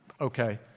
Okay